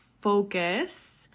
focus